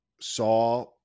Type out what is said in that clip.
saw